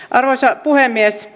arvoisa puhemies